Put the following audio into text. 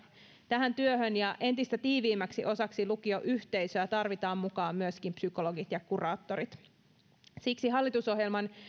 tähän työhön ja entistä tiiviimmäksi osaksi lukioyhteisöä tarvitaan mukaan myöskin psykologit ja kuraattorit ja siksi hallitusohjelman